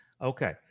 Okay